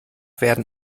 werden